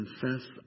confess